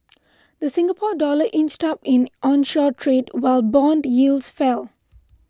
the Singapore Dollar inched up in onshore trade while bond yields fell